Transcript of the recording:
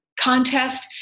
contest